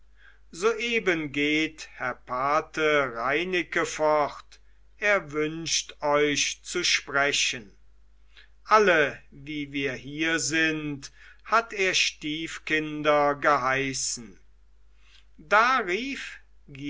soeben geht herr pate reineke fort er wünscht euch zu sprechen alle wie wir hier sind hat er stiefkinder geheißen da rief